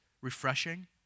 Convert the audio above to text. refreshing